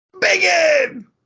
Begin